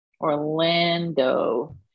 Orlando